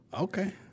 Okay